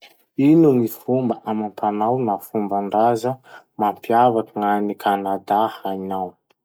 Ino gny fomba amam-panao na fomban-draza mampiavaky gn'any Kanada hainao?